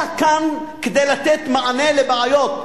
אתה כאן כדי לתת מענה על בעיות,